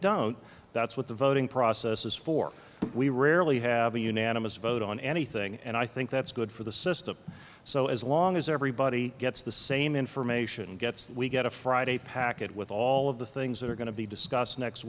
don't that's what the voting process is for we rarely have a unanimous vote on anything and i think that's good for the system so as long as everybody gets the same information gets we get a friday packet with all of the things that are going to be discussed next